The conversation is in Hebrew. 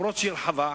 אפילו שהיא רחבה,